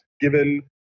given